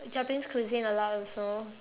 Japanese cuisine a lot also